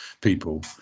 people